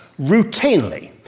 routinely